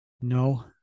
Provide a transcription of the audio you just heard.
No